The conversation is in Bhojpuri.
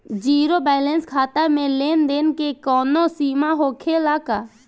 जीरो बैलेंस खाता में लेन देन के कवनो सीमा होखे ला का?